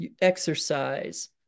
exercise